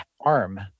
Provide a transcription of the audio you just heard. arm